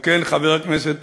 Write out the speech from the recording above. על כן חבר הכנסת